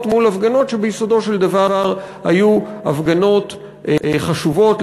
מול הפגנות שביסודו של דבר היו הפגנות חשובות,